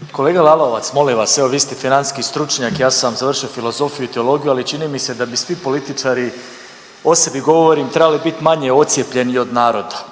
(MOST)** Kolega Lalovac, molim vas, evo vi ste financijski stručnjak, ja sam završio filozofiju i teologiju, ali čini mi se da bi svi političari, o sebi govorim, trebali bit manje ocijepljeni od naroda,